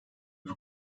bir